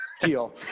Deal